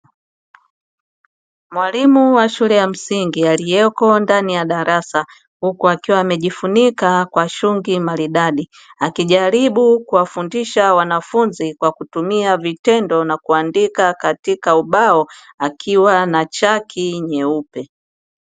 Mwalimu wa shule ya msingi aliyeko ndani ya darasa huku akiwa amejifunika kwa shungi maridadi akijaribu kuwafundisha wanafunzi kwa kutumia vitendo na kuandika katika ubao akiwa na chaki nyeupe.